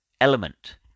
element